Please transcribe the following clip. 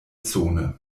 zone